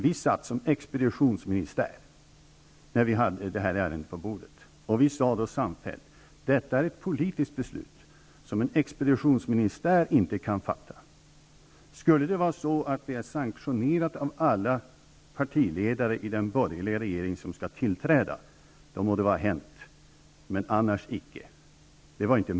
Vi satt som expeditionsministär när vi hade det här ärendet på bordet, och vi sade då att detta var ett politiskt beslut som en expeditionsministär inte kunde fatta. Om det skulle vara sanktionerat av alla partiledare i den borgerliga regering som skulle tillträda, må det vara hänt, annars icke.